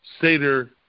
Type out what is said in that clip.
Seder